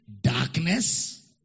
darkness